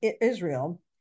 Israel